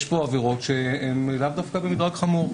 יש כאן עבירות שהן לאו דווקא במדרג חמור.